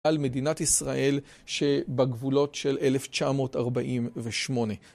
על מדינת ישראל שבגבולות של 1948.